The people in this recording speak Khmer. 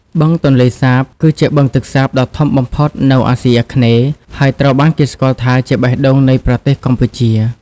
បឹងទន្លេសាប គឺជាបឹងទឹកសាបដ៏ធំបំផុតនៅអាស៊ីអាគ្នេយ៍ ហើយត្រូវបានគេស្គាល់ថាជាបេះដូងនៃប្រទេសកម្ពុជា។